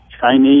Chinese